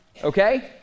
Okay